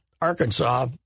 Arkansas